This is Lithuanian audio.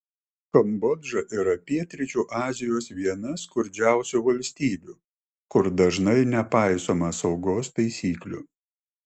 kambodža yra pietryčių azijos viena skurdžiausių valstybių kur dažnai nepaisoma saugos taisyklių